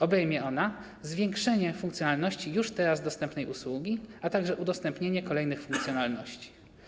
Obejmie ona zwiększenie funkcjonalności już teraz dostępnej usługi, a także udostępnienie kolejnych funkcjonalności.